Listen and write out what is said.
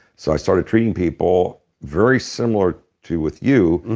so i started treating people very similar to with you,